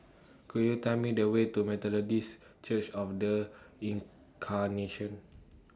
Could YOU Tell Me The Way to Methodist Church of The Incarnation